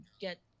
get